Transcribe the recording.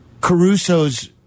Caruso's